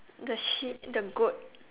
the sheep the goat